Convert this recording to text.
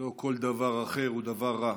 שלא כל דבר אחר הוא דבר רע,